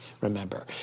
remember